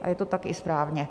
A je to tak i správně.